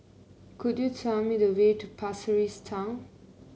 could you tell me the way to Pasir Ris Town